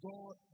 God